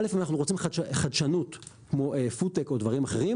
א' אנחנו רוצים חדשנות כמו "פוד-טק" או דברים אחרים.